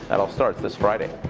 that all starts this friday.